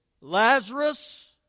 Lazarus